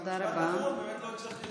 --- מה שהוא אומר עכשיו?